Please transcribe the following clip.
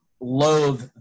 loathe